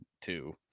two